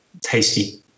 tasty